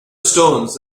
stones